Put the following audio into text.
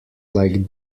like